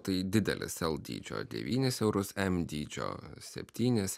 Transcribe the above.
tai didelis l dydžio devynis eurus m dydžio septynis